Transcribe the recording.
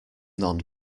non